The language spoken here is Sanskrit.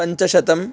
पञ्चशतं